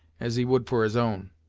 as he would for his own.